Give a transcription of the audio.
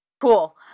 Cool